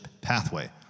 pathway